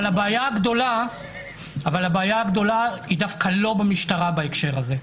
אבל הבעיה הגדולה היא דווקא לא במשטרה בהקשר הזה,